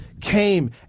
came